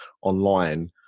online